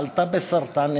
חלתה בסרטן,